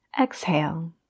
exhale